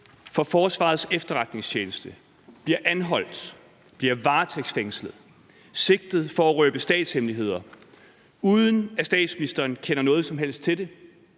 for Forsvarets Efterretningstjeneste bliver anholdt, bliver varetægtsfængslet, sigtet for at røbe statshemmeligheder, uden at statsministeren kender noget som helst til det?